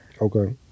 Okay